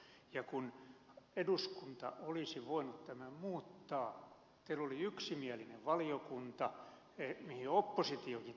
ja eduskunta olisi voinut tämän muuttaa kun teillä oli yksimielinen valiokunta mihin oppositiokin tuli mukaan